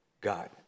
God